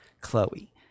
chloe